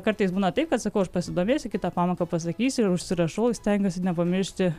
kartais būna taip kad sakau aš pasidomėsiu kitą pamoką pasakysiu ir užsirašau stengiuosi nepamiršti